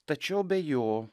tačiau be jo